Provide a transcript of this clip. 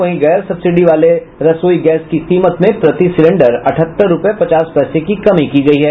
वहीं गैर सब्सिडी वाले रसोई गैस की कीमत में प्रति सिलेंडर अठहत्तर रुपये पचास पैसे की कमी की गयी है